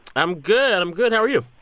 i'm good. and i'm good. how are you?